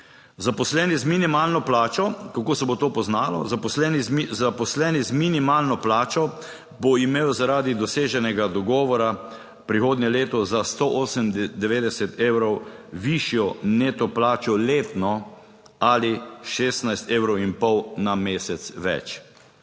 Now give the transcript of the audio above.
Zaposleni z minimalno plačo, kako se bo to poznalo, zaposleni, zaposleni z minimalno plačo bo imel zaradi doseženega dogovora prihodnje leto za 198 evrov višjo neto plačo letno ali 16,5 evra na mesec več.